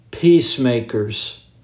peacemakers